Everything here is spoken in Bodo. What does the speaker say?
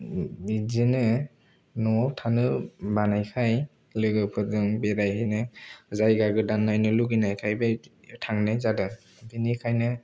बिदिनो न'आव थानो बानायखाय लोगोफोरजों बेरायहैनो जायगा गोदान नायनो लुबैनायखाय थांनाय जादों बेनिखायनो